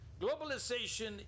globalization